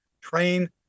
train